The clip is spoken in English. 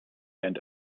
and